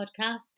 podcast